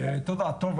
טוב,